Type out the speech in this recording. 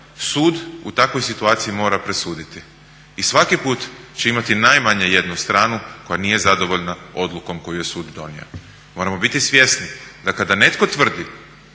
Sud u takvoj situaciji mora presuditi. I svaki put će imati najmanje jednu stranu koja nije zadovoljna odlukom koju je sud donio. Moramo biti svjesni da kada netko tvrdi